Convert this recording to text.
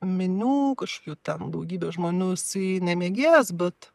minių kažkokių ten daugybės žmonių jisai nemėgėjas bet